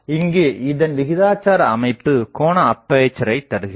இங்கு இதன் விகிதாச்சார அமைப்பு கோணஅப்பேசரை தருகிறது